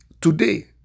Today